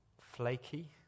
flaky